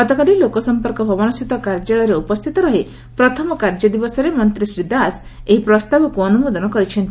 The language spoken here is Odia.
ଗତକାଲି ଲୋକସମ୍ମର୍କ ଭବନସ୍ସିତ କାର୍ଯ୍ୟାଳୟରେ ଉପସ୍ରିତ ରହି ପ୍ରଥମ କାର୍ଯ୍ୟଦିବସରେ ମନ୍ତୀ ଶ୍ରୀ ଦାସ ଏହି ପ୍ରସ୍ତାବକୁ ଅନୁମୋଦନ କରିଛନ୍ତି